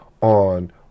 on